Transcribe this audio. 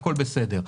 הכול בסדר.